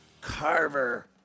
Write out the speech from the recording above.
Carver